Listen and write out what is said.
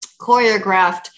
choreographed